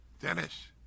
Dennis